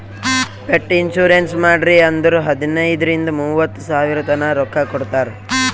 pet insurance ಮಾಡ್ರಿ ಅಂದುರ್ ಹದನೈದ್ ರಿಂದ ಮೂವತ್ತ ಸಾವಿರತನಾ ರೊಕ್ಕಾ ಕೊಡ್ತಾರ್